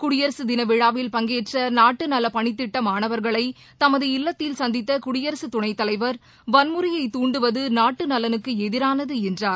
குடியரசு தின விழாவில் பங்கேற்ற நாட்டு நவப்பணித்திட்டமாணவா்களை தமது இல்லத்தில் சந்தித்த குடியரசு துணை தலைவர் வன்முறையை தூண்டுவது நாட்டு நலனுக்கு எதிரானது என்றார்